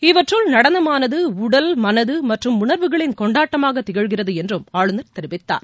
இவற்றுள் நடனமானது உடல் மனது மற்றும் உணர்வுகளின் கொண்டாட்டமாகத் திகழ்கிறது என்றும் ஆளுநர் தெரிவித்தார்